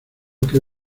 que